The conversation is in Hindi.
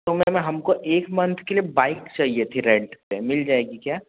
तो मैं हमको एक मन्थ के लिए बाइक चाहिए थी रेन्ट पर मिल जाएगी क्या